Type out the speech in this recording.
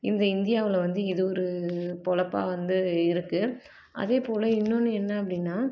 இந்த இந்தியாவில் வந்து இது ஒரு பொழப்பா வந்து இருக்கு அதேபோல் இன்னொன்று என்ன அப்படின்னா